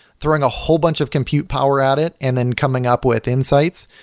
throwing a whole bunch of compute power at it and then coming up with insights.